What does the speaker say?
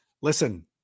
Listen